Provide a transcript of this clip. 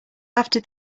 after